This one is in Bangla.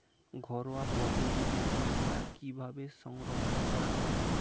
ঘরোয়া পদ্ধতিতে পুই শাক কিভাবে সংরক্ষণ করা হয়?